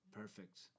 Perfect